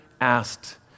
asked